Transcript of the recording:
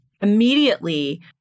Immediately